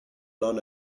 learn